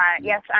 Yes